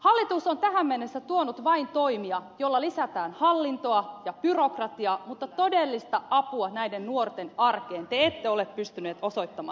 hallitus on tähän mennessä tuonut vain toimia joilla lisätään hallintoa ja byrokratiaa mutta todellista apua näiden nuorten arkeen te ette ole pystyneet osoittamaan